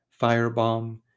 firebomb